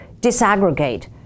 disaggregate